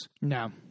No